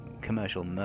commercial